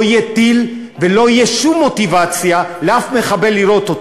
לא יהיה טיל ולא תהיה שום מוטיבציה לשום מחבל לירות,